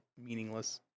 meaningless